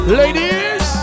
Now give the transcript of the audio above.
ladies